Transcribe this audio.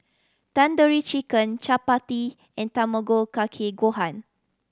Tandoori Chicken Chapati and Tamago Kake Gohan